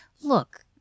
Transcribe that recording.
Look